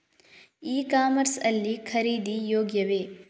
E commerce ಲ್ಲಿ ಖರೀದಿ ಯೋಗ್ಯವೇ?